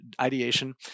ideation